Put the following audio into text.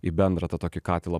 į bendrą tą tokį katilą